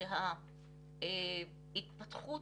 שיעור הפעוטות